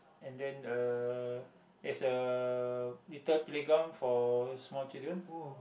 and then uh there's a little playground for small children